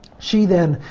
she then,